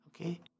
okay